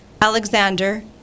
Alexander